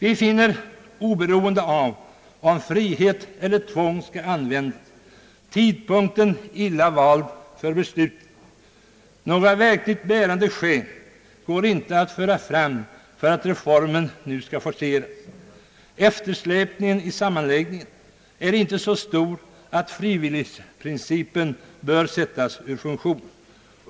Oberoende av om frihet eller tvång skall användas finner vi tidpunkten för beslutet illa vald. Några verkligt bärande skäl går inte att föra fram för att reformen nu skall forceras. Eftersläpningen i sammanläggningen är inte så stor att frivilligprincipen bör sättas ur funktion.